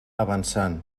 avançant